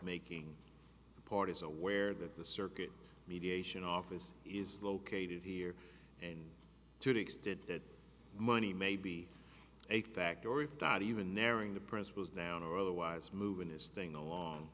making the parties aware that the circuit mediation office is located here and to the extent that money may be a fact or even thought even narrowing the principles down or otherwise moving this thing along